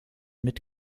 mit